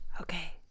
okay